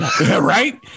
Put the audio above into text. Right